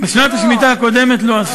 בשנת השמיטה הקודמת לא עשו.